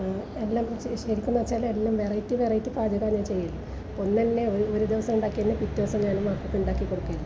എല്ലാവർക്കും ശരിക്ക് എന്ന് വച്ചാല് എല്ലാം വെറൈറ്റി വെറൈറ്റി പാചകമാണ് ഞാൻ ചെയ്യുന്നത് ഒന്ന് തന്നെ ഒരു ദിവസം ഉണ്ടാക്കിയാല് പിറ്റേ ദിവസം ഞാന് മക്കൾക്ക് ഉണ്ടാക്കി കൊടുക്കില്ല